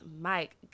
Mike